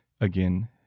again